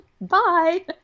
bye